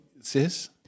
Sis